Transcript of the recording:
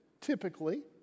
typically